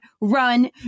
run